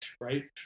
right